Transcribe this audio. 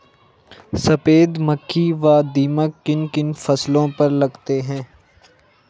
सफेद मक्खी व दीमक किन किन फसलों पर लगते हैं?